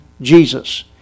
Jesus